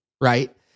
right